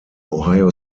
ohio